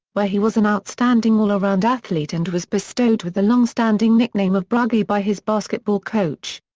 where he was an outstanding all-around athlete and was bestowed with the long-standing nickname of bruggy by his basketball coach.